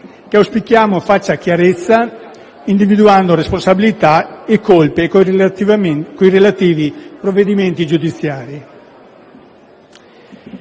che auspichiamo faccia chiarezza individuando responsabilità e colpe, con i relativi provvedimenti giudiziari.